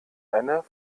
eine